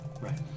Right